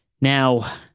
Now